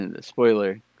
Spoiler